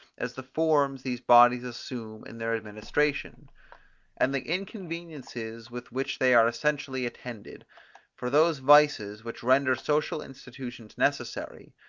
as the forms these bodies assume in their administration and the inconveniences with which they are essentially attended for those vices, which render social institutions necessary,